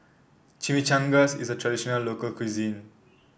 chimichangas is a traditional local cuisine